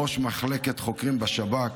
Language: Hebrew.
ראש מחלקת חוקרים בשב"כ,